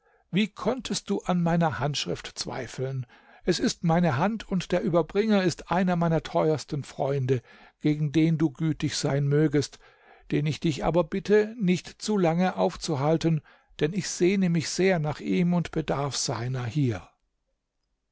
wie konntest du an meiner handschrift zweifeln es ist meine hand und der überbringer ist einer meiner teuersten freunde gegen den du gütig sein mögest den ich dich aber bitte nicht zu lange aufzuhalten denn ich sehne mich sehr nach ihm und bedarf seiner hier